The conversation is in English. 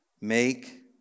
Make